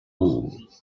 wool